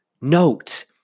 note